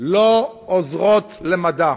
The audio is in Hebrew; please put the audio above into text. לא עוזרות למדע.